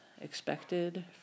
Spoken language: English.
expected